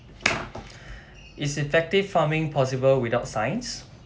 is effective farming possible without science